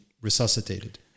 resuscitated